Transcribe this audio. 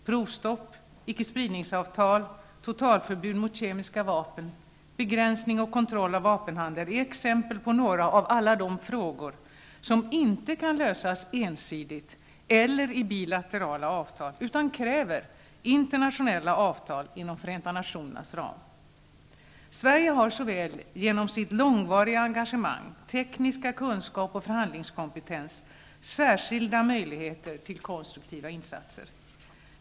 Provstopp, icke-spridningsavtal, totalförbud mot kemiska vapen, begränsning och kontroll av vapenhandeln, är exempel på några av alla de frågor som inte kan lösas ensidigt eller i bilaterala avtal utan kräver internationella avtal inom Sverige har genom långvarigt engagemang, teknisk kunskap och förhandlingskompetens särskilda möjligheter till konstruktiva insatser.